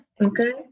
Okay